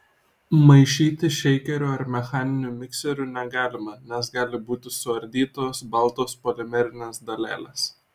maišyti šeikeriu ar mechaniniu mikseriu negalima nes gali būti suardytos baltos polimerinės dalelės